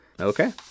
okay